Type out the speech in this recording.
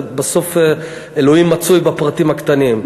בסוף אלוהים מצוי בפרטים הקטנים.